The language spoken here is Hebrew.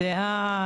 דעה,